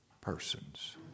persons